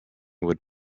would